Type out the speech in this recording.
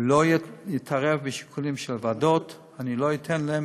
הוא לא יתערב בשיקולים של הוועדות, אני לא אתן להן